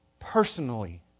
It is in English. personally